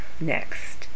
next